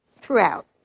throughout